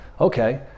okay